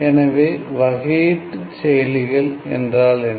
எனவே வகையீட்டுச் செயலிகள் என்றால் என்ன